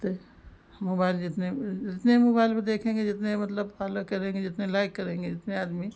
ते हं मुबाइल जितने जितने मुबाइल पर देखेंगे जितने मतलब फालो करेंगे जितने लाइक करेंगे जितने आदमी